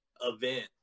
event